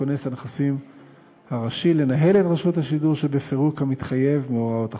לכונס הנכסים הראשי לנהל את רשות השידור שבפירוק כמתחייב מהוראות החוק.